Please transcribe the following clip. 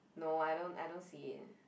no I don't I don't see it